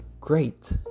great